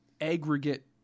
aggregate